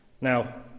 Now